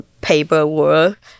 paperwork